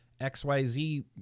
XYZ